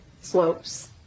slopes